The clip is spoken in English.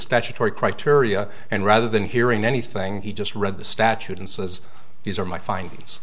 statutory criteria and rather than hearing anything he just read the statute and says these are my